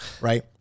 right